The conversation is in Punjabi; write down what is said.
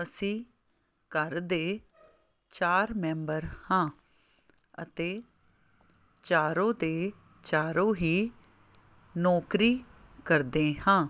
ਅਸੀਂ ਘਰ ਦੇ ਚਾਰ ਮੈਂਬਰ ਹਾਂ ਅਤੇ ਚਾਰੋਂ ਦੇ ਚਾਰੋਂ ਹੀ ਨੌਕਰੀ ਕਰਦੇ ਹਾਂ